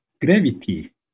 Gravity